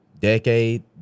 Decade